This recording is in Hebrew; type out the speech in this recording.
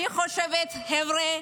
אני חושבת, חבר'ה,